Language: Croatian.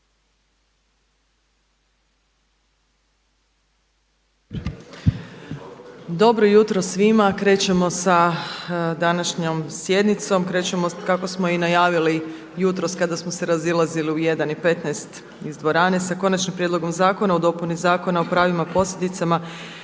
Dobro jutro svima. Krećemo sa današnjom sjednicom. Krećemo kako smo i najavili jutros kada smo se razilazili u 1,15 iz dvorane sa - Konačni prijedlog zakona o dopuni Zakona o pravnim posljedicama